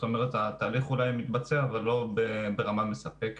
זאת אומרת התהליך אולי מתבצע, אבל לא ברמה מספקת.